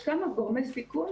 יש לא מעט גורמי סיכון